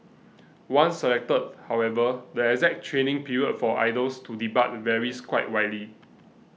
once selected however the exact training period for idols to debut varies quite widely